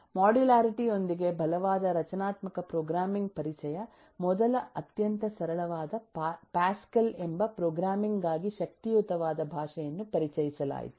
modularity ಯೊಂದಿಗೆ ಬಲವಾದ ರಚನಾತ್ಮಕ ಪ್ರೋಗ್ರಾಮಿಂಗ್ ಪರಿಚಯಮೊದಲ ಅತ್ಯಂತ ಸರಳವಾದ ಪ್ಯಾಸ್ಕಲ್ ಎಂಬ ಪ್ರೋಗ್ರಾಮಿಂಗ್ ಗಾಗಿಶಕ್ತಿಯುತವಾದ ಭಾಷೆಯನ್ನುಪರಿಚಯಿಸಲಾಯಿತು